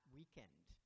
weekend